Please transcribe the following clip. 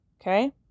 Okay